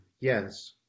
Yes